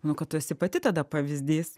manau kad tu esi pati tada pavyzdys